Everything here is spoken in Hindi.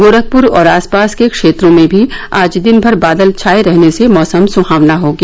गोरखपुर और आसपास के क्षेत्रों में भी आज दिन भर बादल छाए रहने से मौसम सुहावना हो गया